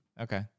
okay